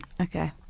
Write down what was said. Okay